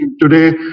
today